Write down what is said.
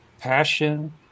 passion